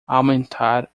aumentar